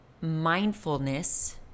mindfulness